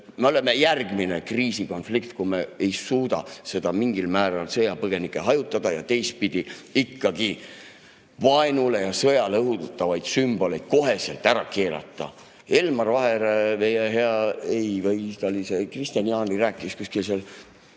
Meil on järgmine kriisikonflikt, kui me ei suuda mingil määral sõjapõgenikke hajutada ja teistpidi, ikkagi vaenule ja sõjale õhutavaid sümboleid otsekohe ära keelata. Elmar Vaher, meie hea ... Või ei, see oli Kristian Jaani, kes rääkis kuskil seal.